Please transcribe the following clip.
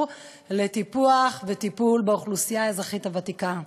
לטיפוח וטיפול באוכלוסיית האזרחים הוותיקים,